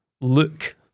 look